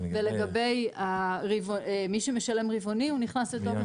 ולגבי מי שמשלם רבעוני הוא נכנס לתוקף